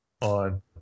on